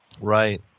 Right